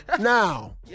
Now